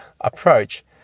approach